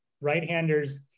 right-handers –